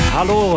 Hallo